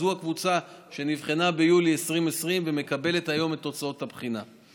זו הקבוצה שנבחנה ביולי 2020 ומקבלת היום את תוצאות הבחינה.